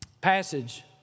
passage